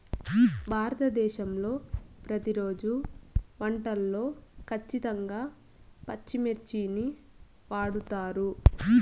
భారతదేశంలో ప్రతిరోజు వంటల్లో ఖచ్చితంగా పచ్చిమిర్చిని వాడుతారు